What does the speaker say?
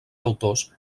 autors